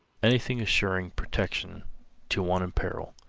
anything assuring protection to one in peril.